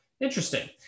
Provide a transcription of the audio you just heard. Interesting